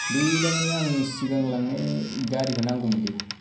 बि दा माने आं सिगां लांनाय गारिखौ नांगौमोनलै